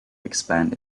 expand